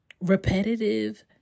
repetitive